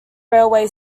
railway